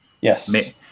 Yes